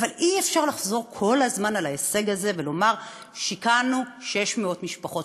אבל אי-אפשר לחזור כל הזמן על ההישג הזה ולומר: שיכנו 600 משפחות.